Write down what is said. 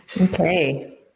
Okay